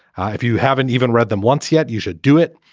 if you haven't even read them once yet, you should do it.